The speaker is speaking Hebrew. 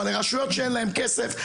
אבל ברשויות שאין להם כסף,